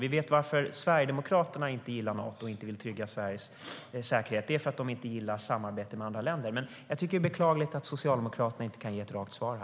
Vi vet varför Sverigedemokraterna inte gillar Nato och inte vill trygga Sveriges säkerhet. Det är därför att de inte gillar samarbete med andra länder. Men jag tycker att det är beklagligt att Socialdemokraterna inte kan ge ett rakt svar.